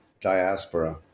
diaspora